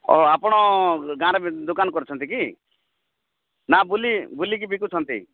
ଓ ଆପଣ ଗାଁ'ରେ ଦୁକାନ କରିଛନ୍ତି କି ନା ବୁଲି ବୁଲିକି ବିକୁଛନ୍ତି